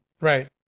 Right